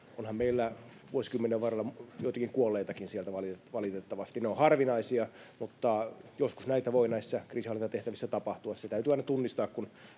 onhan meillä vuosikymmenen varrella joitakin kuolleitakin tullut siellä valitettavasti ne ovat harvinaisia mutta joskus näitä voi näissä kriisinhallintatehtävissä tapahtua se täytyy aina tunnistaa kun